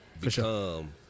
become